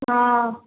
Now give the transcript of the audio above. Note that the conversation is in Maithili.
हँ